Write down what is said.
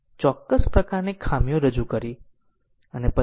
હવે ચાલો સિકવન્સ જોઈએ કે જે સૌથી સરળ છે